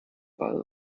ball